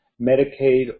Medicaid